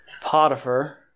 Potiphar